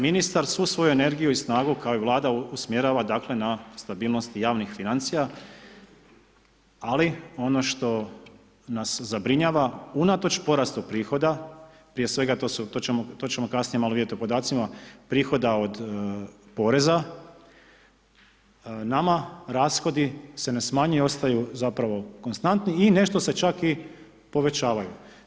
Ministar svu svoju energiju i snagu, kao i vlada usmjerava na stabilnost javnih financija, ali ono što nas zabrinjava, unatoč porastu prihoda, prije svega to su, to ćemo kasnije malo vidjeti u podacima, prihoda od poreza, nama rashodi se ne smanjuju ostaju konstanti i nešto se čak i povećavaju.